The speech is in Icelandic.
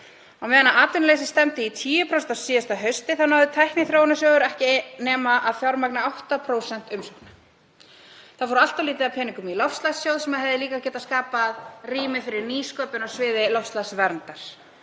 Á meðan atvinnuleysi stefndi í 10% á síðasta hausti náði Tækniþróunarsjóður ekki nema að fjármagna 8% umsókna. Það fór allt of lítið af peningum í Loftslagssjóð sem hefði líka getað skapað rými fyrir nýsköpun á sviði loftslagsverndar.